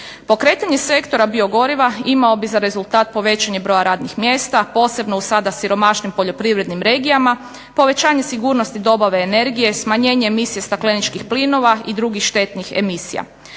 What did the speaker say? Pokretanje sektora biogoriva imao bi za rezultat povećanje broja radnih mjesta, posebno u sada siromašnijim poljoprivrednim regijama, povećanje sigurnosti dobave energije, smanjenje emisije stakleničkih plinova i drugih štetnih emisija.